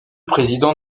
présidents